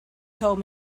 told